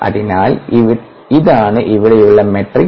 അതിനാൽ ഇതാണ് ഇവിടെയുള്ള മാട്രിക്സ്